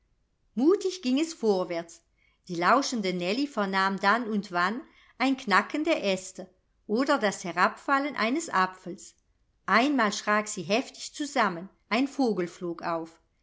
mutig ging es vorwärts die lauschende nellie vernahm dann und wann ein knacken der aeste oder das herabfallen eines apfels einmal schrak sie heftig zusammen ein vogel flog auf